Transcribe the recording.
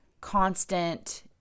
constant